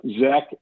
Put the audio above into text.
Zach